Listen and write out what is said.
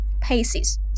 paces